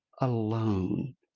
alone